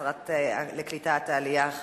השרה לקליטת העלייה,